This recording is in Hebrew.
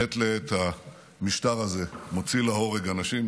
מעת לעת המשטר הזה מוציא להורג אנשים,